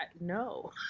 No